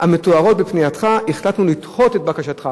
המתוארות בפנייתך החלטנו לדחות את בקשתך.